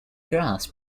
grass